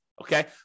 Okay